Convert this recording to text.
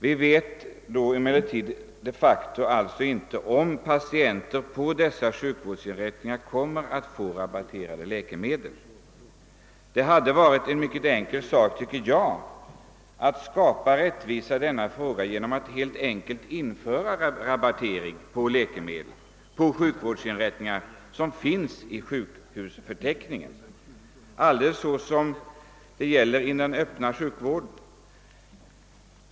Vi vet de facto alltså ännu inte, om patienterna på dessa sjukvårdsinrättningar kommer att få rabatterade läkemedel. Det hade varit en mycket enkel sak, tycker jag, att skapa rättvisa på detta område genom att helt enkelt — på samma sätt som inom den öppna sjukvården — införa rabattering av läkemedel på sjukvårdsinrättningar som finns i sjukhusförteckningen.